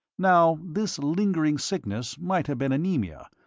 now this lingering sickness might have been anaemia,